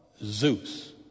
Zeus